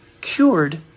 cured